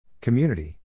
Community